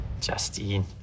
Justine